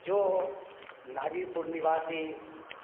जो नाजीपुर निवासी